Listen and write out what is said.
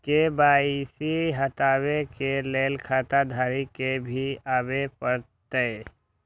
KYC हटाबै के लैल खाता धारी के भी आबे परतै?